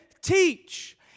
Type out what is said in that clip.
teach